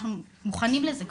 אנחנו מוכנים לזה כבר.